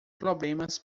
problemas